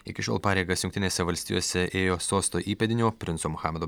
iki šiol pareigas jungtinėse valstijose ėjo sosto įpėdinio princo muhamedo